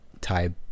type